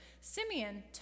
Simeon